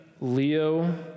Leo